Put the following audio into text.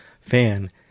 fan